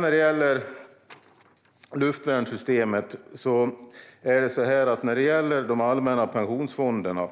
När det gäller luftvärnssystemet är de allmänna pensionsfonderna